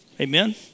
amen